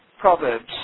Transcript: Proverbs